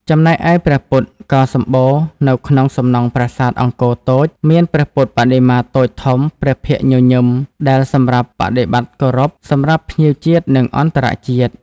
ចំណែកឯព្រះពុទ្ធក៏សំបូរនៅក្នុងសំណង់ប្រាសាទអង្គរតូចមាន ព្រះពុទ្ធបដិមាតូចធំព្រះភ័ក្ត្រញញឹមដែលសម្រាប់បដិប័ត្រគោរពសម្រាប់ភ្ញៀវជាតិនិងអន្តរជាតិ់។